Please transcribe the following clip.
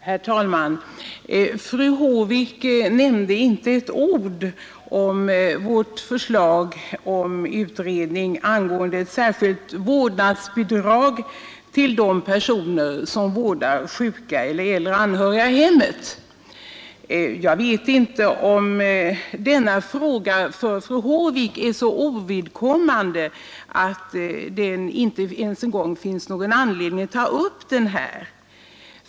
Herr talman! Fru Håvik nämnde inte ett ord om vårt förslag om utredning angående ett särskilt vårdnadsbidrag till personer som vårdar sjuka eller äldre anhöriga i hemmet. Jag vet inte om denna fråga för fru Håvik är så ovidkommande att det inte ens finns anledning att ta upp den här.